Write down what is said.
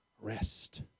rest